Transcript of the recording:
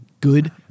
good